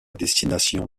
destination